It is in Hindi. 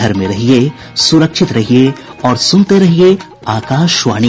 घर में रहिये सुरक्षित रहिये और सुनते रहिये आकाशवाणी